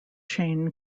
chain